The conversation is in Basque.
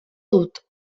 dut